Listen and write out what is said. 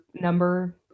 number